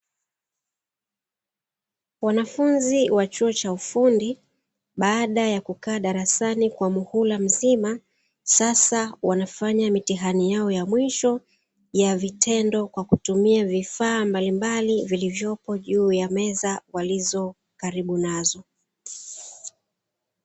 Wanafunzi wa chuo cha ufundi baada ya kukaa darasani kwa muhula mzima, sasa wanafanya mitihani yao ya mwisho ya vitendo kwa kutumia vifaa mbalimbali vilivyopo juu ya meza walizo karibu nazo.